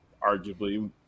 arguably